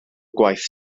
gwaith